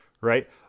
right